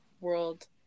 world